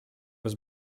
was